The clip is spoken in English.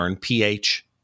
P-H